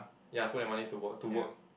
ya put your money to work to work